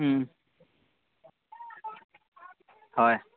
হয়